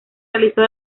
realizó